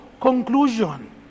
conclusion